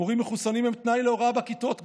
מורים מחוסנים הם תנאי להוראה בכיתות,